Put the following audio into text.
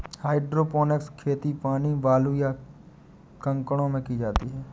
hydroponics खेती पानी, बालू, या कंकड़ों में की जाती है